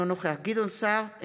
אינו נוכח גדעון סער,